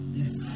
yes